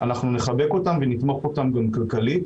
אנחנו נחבק אותם ונתמוך אותם גם כלכלית,